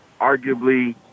arguably